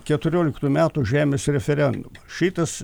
keturioliktų metų žemės referendumą šitas